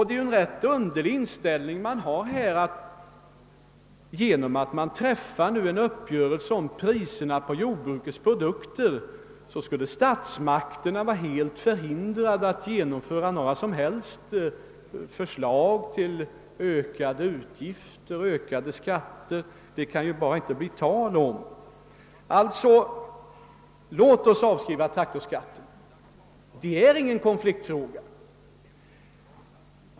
Det är en ganska underlig inställning att statsmakterna på grund av att uppgörelse har träffats om priserna på jordbrukets produkter skulle vara förhindrade att framlägga några som helst förslag till ökade utgifter och skatter. Låt oss alltså avskriva frågan om traktorskatten — den är ingen konfliktfråga.